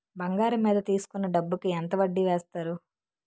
బంగారం మీద తీసుకున్న డబ్బు కి ఎంత వడ్డీ వేస్తారు?